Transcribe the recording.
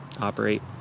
operate